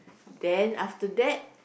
then after that